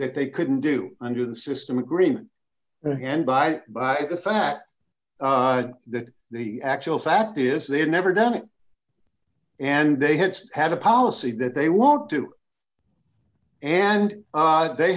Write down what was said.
that they couldn't do under the system agreement in hand by by the fact that the actual fact is they had never done it and they had had a policy that they won't do and they